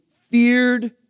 feared